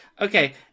Okay